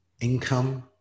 income